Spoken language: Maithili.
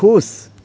खुश